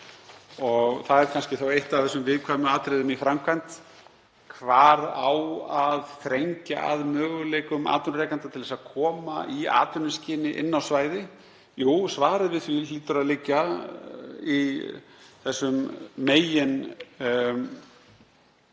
Það er kannski eitt af þeim viðkvæmu atriðum í framkvæmd, hvar á að þrengja að möguleikum atvinnurekenda til að koma í atvinnuskyni inn á svæði. Jú, svarið við því hlýtur að liggja í meginmarkmiðunum